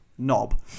Knob